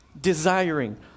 desiring